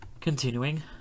Continuing